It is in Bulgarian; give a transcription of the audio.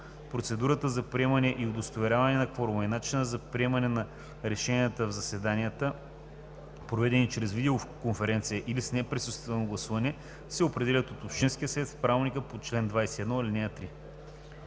процедурата за приемане и удостоверяване на кворума и начинът за приемане на решенията в заседанията, проведени чрез видеоконференция или с неприсъствено гласуване, се определят от общинския съвет в правилника по чл. 21, ал. 3.“